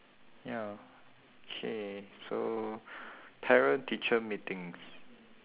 ya K so parent teacher meetings